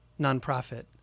nonprofit